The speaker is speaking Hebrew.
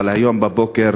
אבל היום בבוקר,